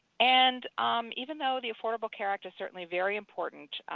and even though the affordable care act is certainly very important,